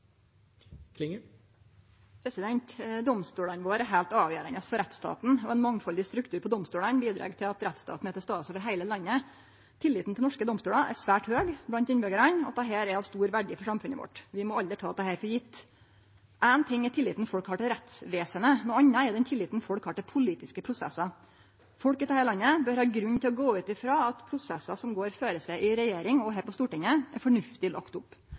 til stades over heile landet. Tilliten til norske domstolar er svært høg blant innbyggjarane, og dette er av stor verdi for samfunnet vårt. Vi må aldri ta dette for gjeve. Éin ting er tilliten folk har til rettsvesenet, noko anna er den tilliten folk har til politiske prosessar. Folk i dette landet bør ha grunn til å gå ut frå at prosessar som går føre seg i regjering og her på Stortinget, er fornuftig lagde opp.